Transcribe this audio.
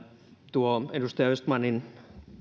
tuo edustaja östmanin